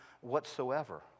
whatsoever